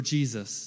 Jesus